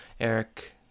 Eric